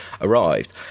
arrived